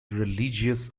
religious